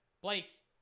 Blake